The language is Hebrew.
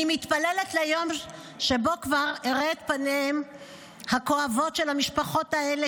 אני מתפללת ליום שבו כבר לא אראה את פניהם הכואבות של המשפחות האלה